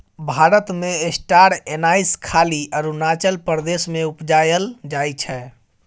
भारत मे star anise खाली अरुणाचल प्रदेश मे उपजाएल जाइ छै